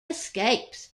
escapes